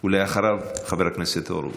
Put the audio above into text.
אחריו, חבר הכנסת הורוביץ.